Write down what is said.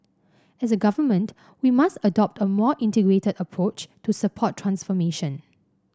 as a Government we must adopt a more integrated approach to support transformation